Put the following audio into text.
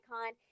icon